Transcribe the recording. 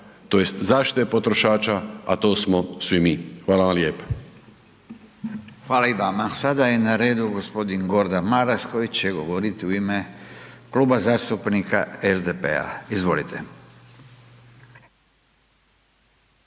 tj. zaštite potrošača, a to smo svi mi. Hvala vam lijepa. **Radin, Furio (Nezavisni)** Hvala i vama. Sada je na redu gospodin Gordan Maras koji će govoriti u ime Kluba zastupnika SDP-a. Izvolite.